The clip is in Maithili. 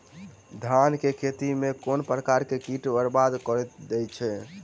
धान केँ खेती मे केँ प्रकार केँ कीट बरबाद कड़ी दैत अछि?